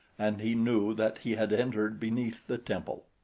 and he knew that he had entered beneath the temple.